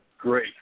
Great